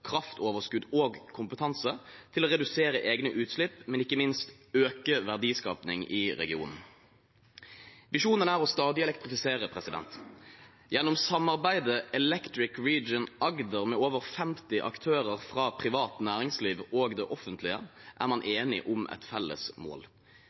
kraftoverskudd og kompetanse til å redusere egne utslipp, men ikke minst til å øke verdiskapingen i regionen. Visjonen er å stadig elektrifisere. Gjennom samarbeidet Electric Region Agder, med over 50 aktører fra privat næringsliv og det offentlige, er man